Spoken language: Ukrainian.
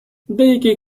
деякі